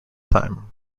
time